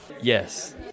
Yes